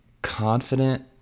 Confident